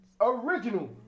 original